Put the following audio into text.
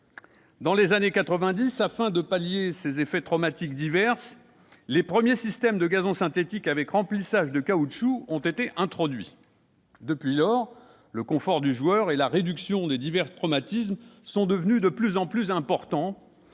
Dans les années quatre-vingt-dix, afin de pallier ces effets traumatiques divers, les premiers systèmes de gazon synthétique avec remplissage de caoutchouc ont été introduits. Depuis lors, le confort du joueur et la réduction des divers traumatismes sont devenus de plus en plus importants